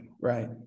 right